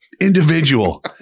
individual